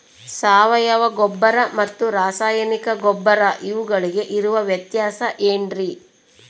ಸಾವಯವ ಗೊಬ್ಬರ ಮತ್ತು ರಾಸಾಯನಿಕ ಗೊಬ್ಬರ ಇವುಗಳಿಗೆ ಇರುವ ವ್ಯತ್ಯಾಸ ಏನ್ರಿ?